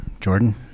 Jordan